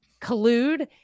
collude